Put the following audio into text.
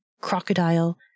crocodile